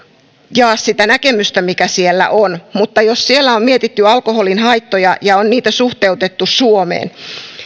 jaa sitä näkemystä mikä siellä on mutta jos siellä on mietitty alkoholin haittoja ja niitä suhteutettu suomeen